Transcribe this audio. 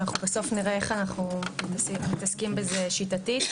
בסוף נראה איך מתעסקים בזה שיטתית.